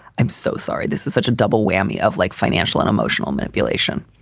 i'm so sorry. this is such a double whammy of like financial and emotional manipulation